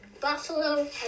Buffalo